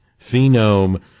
phenome